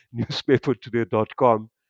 newspapertoday.com